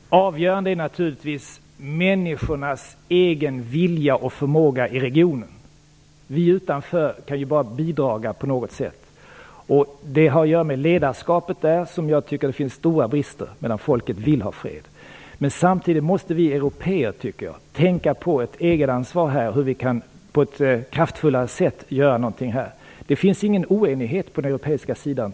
Herr talman! Avgörande är naturligtvis människornas egen vilja och förmåga i regionen. Vi utanför kan ju bara bidra på något sätt. Det har att göra med ledarskapet, där jag tycker att det finns stora brister. Folket vill ha fred. Samtidigt måste vi européer tänka på ett egenansvar och på hur vi på ett kraftfullare sätt kan göra någonting. Jag tror inte att det finns någon oenighet på den europeiska sidan.